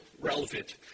relevant